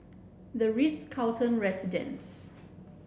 the Ritz Carlton Residences